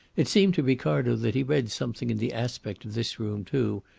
it seemed to ricardo that he read something in the aspect of this room too,